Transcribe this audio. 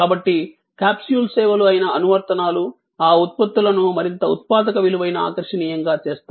కాబట్టి క్యాప్సూల్ సేవలు అయిన అనువర్తనాలు ఆ ఉత్పత్తులను మరింత ఉత్పాదక విలువైన ఆకర్షణీయంగా చేస్తాయి